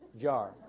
jar